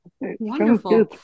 Wonderful